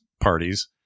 parties